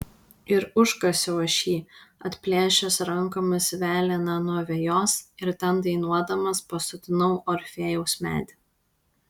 ir užkasiau aš jį atplėšęs rankomis velėną nuo vejos ir ten dainuodamas pasodinau orfėjaus medį